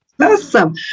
awesome